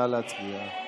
נא להצביע.